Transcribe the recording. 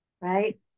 Right